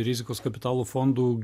rizikos kapitalo fondų